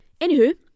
Anywho